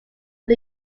but